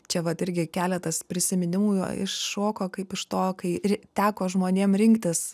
čia vat irgi keletas prisiminimų iššoko kaip iš to kai teko žmonėm rinktis